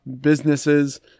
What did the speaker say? Businesses